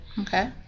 Okay